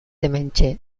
hementxe